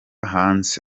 hanze